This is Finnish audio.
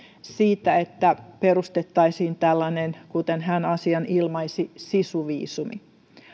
siitä että perustettaisiin tällainen kuten hän asian ilmaisi sisuviisumi